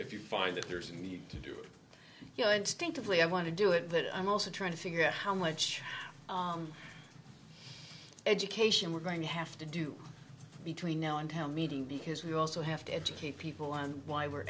if you find that there's a need to do it you know instinctively i want to do it but i'm also trying to figure out how much education we're going to have to do between now and town meeting because we also have to educate people on why we're